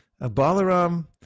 Balaram